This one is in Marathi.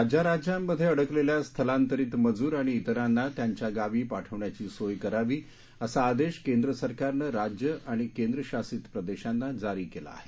राज्या राज्यांमध्ये अडकलेल्या स्थलांतरीत मजूर आणि इतरांना त्यांच्या गावी पाठवण्याची सोय करावी असा आदेश केंद्र सरकारनं राज्यं आणि केंद्रशासित प्रदेशांना जारी केला आहे